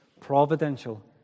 providential